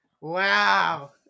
Wow